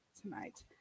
tonight